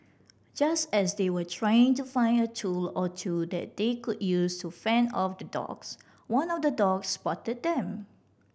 just as they were trying to find a tool or two that they could use to fend off the dogs one of the dogs spotted them